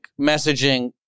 messaging